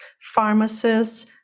pharmacists